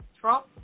Trump